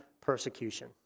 persecution